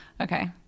okay